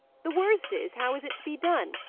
the worst is, how is it to be done?